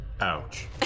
ouch